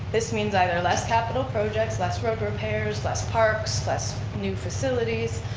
this means either less capital projects, less road repairs, less parks, less new facilities,